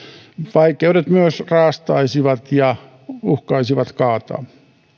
vaikeudet raastaisivat ja uhkaisivat kaataa